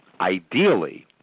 ideally